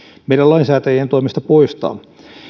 meidän lainsäätäjien toimesta poistaa